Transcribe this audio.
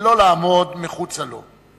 ולא לעמוד מחוצה לו.